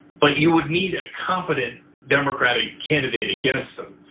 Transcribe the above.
but you would need a competent democratic candidate against them.